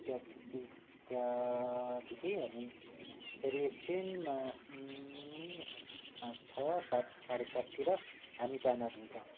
त्योपछि त्यहाँदेखि हामी फेरि एकछिनमा पाँच छ सात साढे साततिर हामी दाना दिन्छौँ